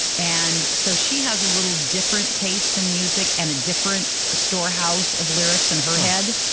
and so she has a little different taste in music and a different storehouse of lyrics in her head.